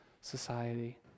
society